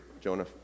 Jonah